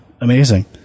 Amazing